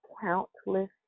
countless